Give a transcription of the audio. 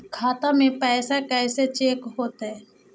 खाता में पैसा कैसे चेक हो तै?